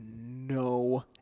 no